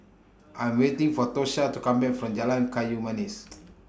I'm waiting For Tosha to Come Back from Jalan Kayu Manis